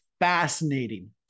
fascinating